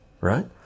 right